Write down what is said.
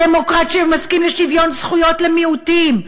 דמוקרט שמסכים לשוויון זכויות למיעוטים,